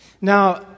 Now